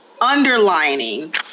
underlining